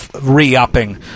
re-upping